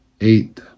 eight